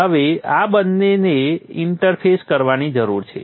હવે આ બંનેને ઇન્ટરફેસ કરવાની જરૂર છે